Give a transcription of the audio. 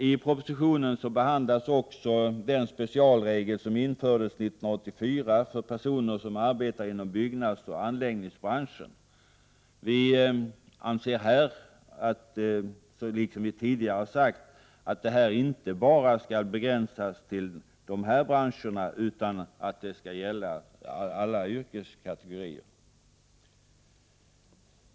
I propositionen behandlas också den specialregel som infördes 1984 för personer som arbetar inom byggnadsoch anläggningsbranschen. Vi anser, som vi tidigare har sagt, att undantagen inte bör begränsas till dessa branscher utan att även andra yrkeskategorier skall komma i fråga.